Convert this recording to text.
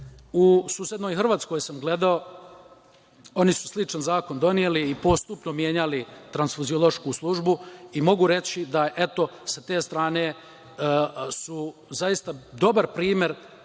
susednoj Hrvatskoj sam gledao, oni su sličan zakon doneli i postupno menjali transfuziološku službu i mogu reći da sa te strane su zaista dobar primer